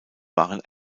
waren